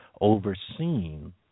overseen